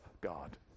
God